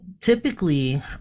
typically